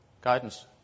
guidance